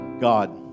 God